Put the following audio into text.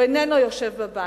הוא איננו יושב בבית.